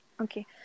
okay